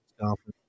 conference